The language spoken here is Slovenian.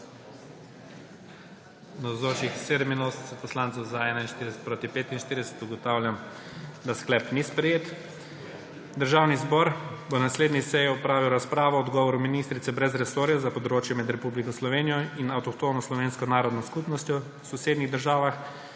41, proti 45. (Za je glasovalo 41.) (Proti 45.) Ugotavljam, da sklep ni sprejet. Državni zbor bo na naslednji seji opravil razpravo o odgovoru ministrice brez resorja za področje med Republiko Slovenijo in avtohtono slovensko narodno skupnostjo v sosednjih državah